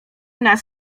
nas